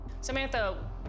Samantha